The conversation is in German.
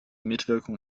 mitwirkung